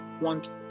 want